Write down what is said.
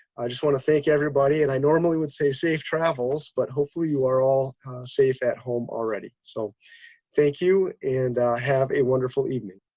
i just want to thank everybody and i normally would say safe travels, but hopefully you are all safe at home already. so thank you and have a wonderful evening.